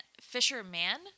fisherman